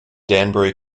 danbury